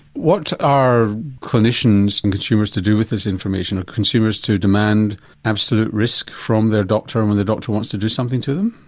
what are clinicians and consumers to do with this information? are consumers to demand absolute risk from their doctor when their doctor wants to do something to them?